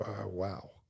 wow